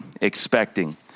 expecting